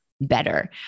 better